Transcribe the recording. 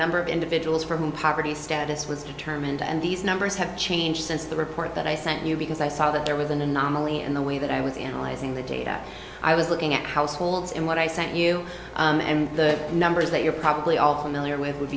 number of individuals for whom poverty status was determined and these numbers have changed since the report that i sent you because i saw that there was an anomaly in the way that i was analyzing the data i was looking at households and what i sent you and the numbers that you're probably all familiar with would